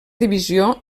divisió